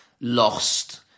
lost